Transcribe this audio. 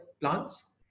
plants